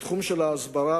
בתחום ההסברה,